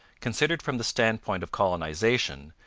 considered from the standpoint of colonization,